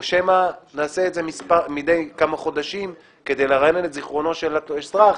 או שמא נעשה את זה מדי כמה חודשים כדי לרענן את זכרונו של האזרח